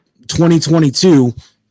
2022